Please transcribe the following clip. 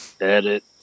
Edit